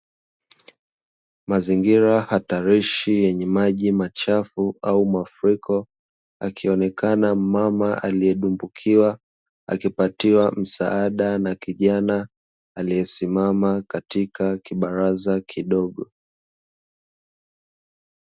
Mazingira hatarishi yenye maji machafu au mafuriko, akionekana mama aliyedumbukia akipatiwa msaada na kijana aliyesimama katika kibaraza kidogo.